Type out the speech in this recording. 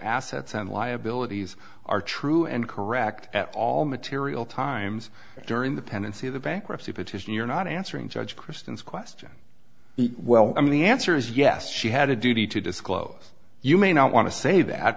assets and liabilities are true and correct at all material times during the pendency of the bankruptcy petition you're not answering judge kristen's question well i mean the answer is yes she had a duty to disclose you may not want to say that